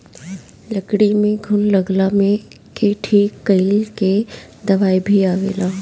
लकड़ी में घुन लगला के ठीक कइला के दवाई भी आवेला